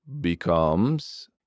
becomes